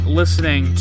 listening